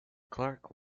clark